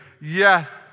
Yes